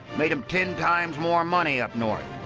made them ten times more money up north.